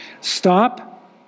Stop